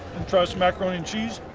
and try some macaroni and cheese!